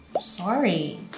Sorry